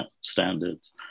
standards